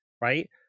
Right